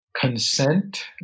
consent